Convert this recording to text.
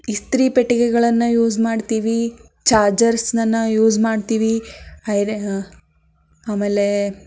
ಇಸ್ತ್ರಿ ಪೆಟ್ಟಿಗೆಗಳನ್ನು ಯೂಸ್ ಮಾಡ್ತೀವಿ ಚಾಜರ್ಸ್ ಅನ್ನು ಯೂಸ್ ಮಾಡ್ತೀವಿ ಹೈರೆ ಆಮೇಲೆ